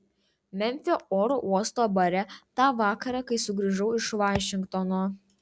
memfio oro uosto bare tą vakarą kai sugrįžau iš vašingtono